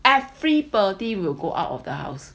everybody will go out of the house